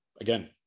again